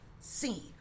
seen